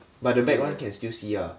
but the back [one] can still see ah